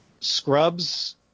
scrubs